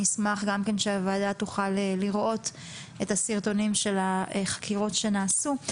אני אשמח שהוועדה תוכל לראות את הסרטונים של החקירות שנעשו.